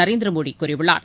நரேந்திர மோடி கூறியுள்ளார்